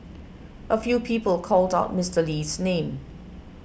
a few people called out Mister Lee's name